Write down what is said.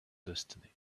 destiny